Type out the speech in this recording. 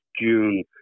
June